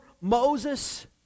Moses